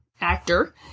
actor